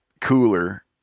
cooler